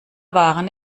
waren